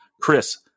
Chris